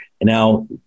now